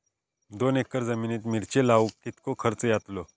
दोन एकर जमिनीत मिरचे लाऊक कितको खर्च यातलो?